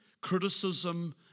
criticism